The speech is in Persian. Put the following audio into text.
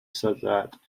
سازد